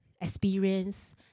experience